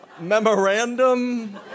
memorandum